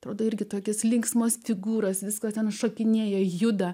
tada irgi tokias linksmas figūras visko ten šokinėja juda